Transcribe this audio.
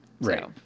right